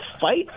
fight